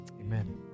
Amen